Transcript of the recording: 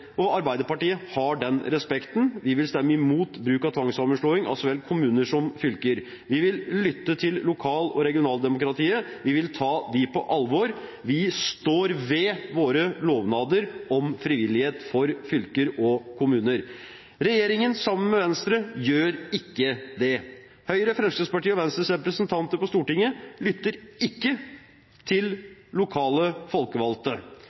og Arbeiderpartiet har den respekten. Vi vil stemme imot bruk av tvangssammenslåing av så vel kommuner som fylker, vi vil lytte til lokal- og regionaldemokratiet, vi vil ta dem på alvor, vi står ved våre lovnader om frivillighet for fylker og kommuner. Regjeringen sammen med Venstre gjør ikke det. Høyre, Fremskrittspartiet og Venstres representanter på Stortinget lytter ikke til lokale folkevalgte.